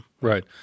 Right